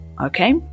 Okay